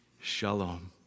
shalom